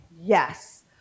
Yes